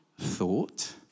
thought